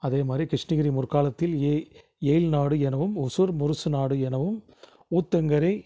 அதேமாதிரி கிருஷ்ணகிரி முற்காலத்தில் எ எயில் நாடு எனவும் ஒசூர் முரசு நாடு எனவும் ஊத்தங்கரை